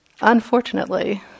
Unfortunately